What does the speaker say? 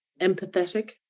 empathetic